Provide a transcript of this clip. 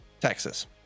Texas